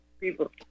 people